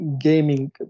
gaming